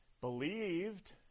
believed